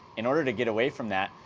in order to get away from that,